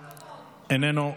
איננו,